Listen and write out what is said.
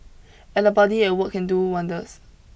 and a buddy at work can do wonders